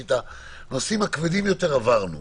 כי את הנושאים הכבדים יותר עברנו.